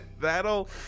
That'll